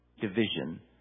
division